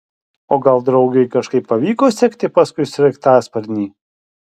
o gal draugei kažkaip pavyko sekti paskui sraigtasparnį